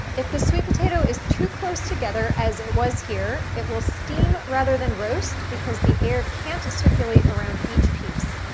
if the sweet potato is too close together, as it was here, it will steam rather than roast, because the air can't circulate around each piece.